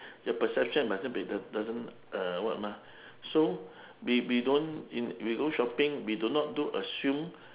your perception musn't be the doesn't uh what ah so we we don't we go shopping we do not do assume